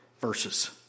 verses